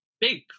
big